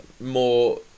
more